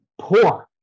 poor